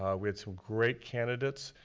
ah we had some great candidates.